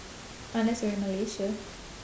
unless you're in malaysia